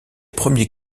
premier